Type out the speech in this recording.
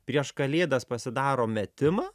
prieš kalėdas pasidaro metimą